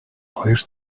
хоёр